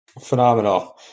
Phenomenal